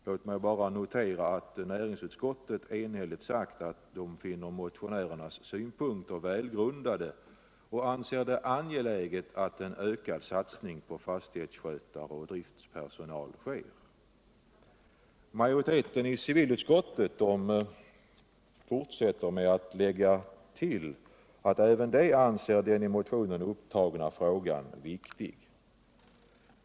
Låt mig bara notera att närmgsutskottet enhälligt sakt att det finner motionärernas synpunkter väl grundade och anser det angeläget att en ökad satsning på vidareutbildning för fastighetsskötare och driftspersonal sker. Majoriteten i civilutskoter fortsätter med att lägga ull att även civilutskottet anser den i motionen upptagna frågan viktig.